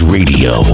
Radio